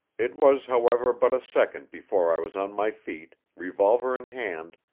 it was, however, but a second before i was on my feet, revolver in hand,